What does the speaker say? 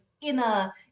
inner